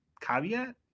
caveat